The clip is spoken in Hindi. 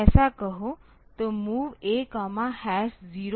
ऐसा कहो तो MOV A 0FFh